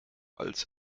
als